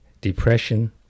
depression